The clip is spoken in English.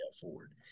forward